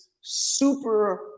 super